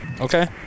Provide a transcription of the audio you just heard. Okay